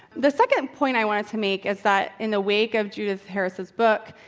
the second point i wanted to make is that, in the wake of judith harris's book,